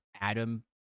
Adam